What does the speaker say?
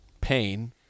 pain